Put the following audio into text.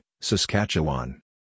Saskatchewan